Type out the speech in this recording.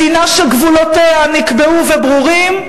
מדינה שגבולותיה נקבעו וברורים,